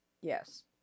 Yes